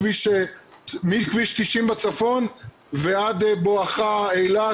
מכביש 90 בצפון ועד בואכה אילת,